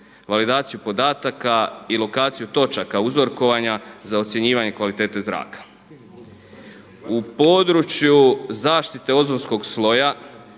razumije./… podataka i lokaciju točaka uzorkovanja za ocjenjivanje kvalitete zraka. U području zaštite ozonskog sloja